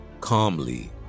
calmly